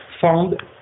found